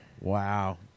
Wow